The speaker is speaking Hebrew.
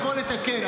לפעול לתקן.